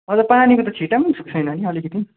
हजुर पानीको त छिटा पनि छैन नि अलिकति पनि